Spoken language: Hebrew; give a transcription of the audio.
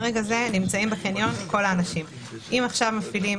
במקרה כזה נמצאים בקניון כל האנשים ואם עכשיו מפעילים